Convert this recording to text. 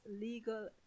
legal